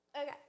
Okay